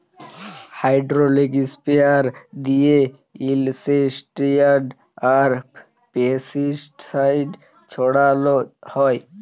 hydraulic sprayer দিঁয়ে insecticide আর pesticide ছড়াল হ্যয়